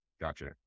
Gotcha